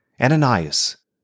Ananias